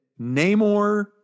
Namor